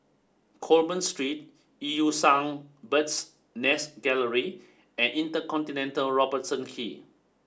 Coleman Street Eu Yan Sang Bird's Nest Gallery and Inter Continental Robertson Quay